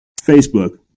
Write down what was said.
Facebook